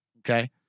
okay